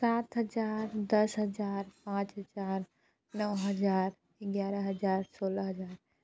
सात हज़ार दस हज़ार पाँच हज़ार नौ हजार ग्यारह हजार सोलह हज़ार